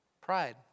pride